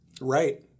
right